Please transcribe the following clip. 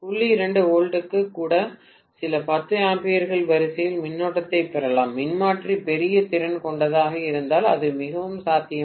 2 வோல்ட்டுகளுக்கு கூட சில 10 ஆம்பியர்களின் வரிசையின் மின்னோட்டத்தைப் பெறலாம் மின்மாற்றி பெரிய திறன் கொண்டதாக இருந்தால் அது மிகவும் சாத்தியமாகும்